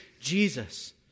Jesus